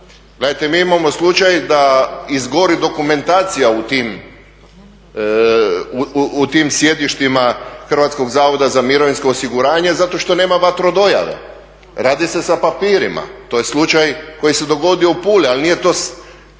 Gledajte mi imamo slučaj da izgori dokumentacija u tim sjedištima Hrvatskog zavoda za mirovinsko osiguranje zato što nema vatrodojave, radi se sa papirima, to je slučaj koji se dogodio u Puli, ali nije to